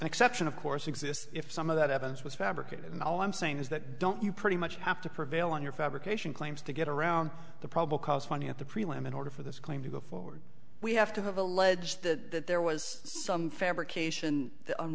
exception of course exists if some of that evidence was fabricated and all i'm saying is that don't you pretty much have to prevail on your fabrication claims to get around the probable cause funny at the prelim in order for this claim to go forward we have to have alleged that there was some fabrication